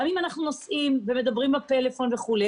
גם אם אנחנו נוסעים ומדברים בפלאפון וכו'.